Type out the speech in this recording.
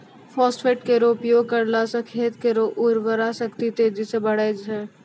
phosphate केरो उपयोग करला सें खेत केरो उर्वरा शक्ति तेजी सें बढ़ै छै